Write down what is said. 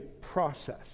process